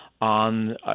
on